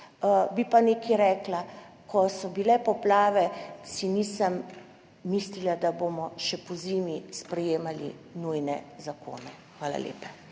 Bi pa nekaj rekla. Ko so bile poplave, si nisem mislila, da bomo še pozimi sprejemali nujne zakone. Hvala lepa.